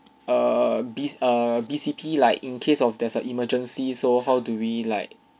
err B err B C P like in case of there's a emergency so how do we like